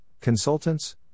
consultants